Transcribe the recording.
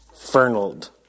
Fernald